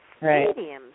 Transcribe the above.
stadiums